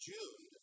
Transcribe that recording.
June